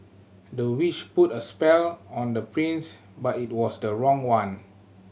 the witch put a spell on the prince but it was the wrong one